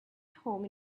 home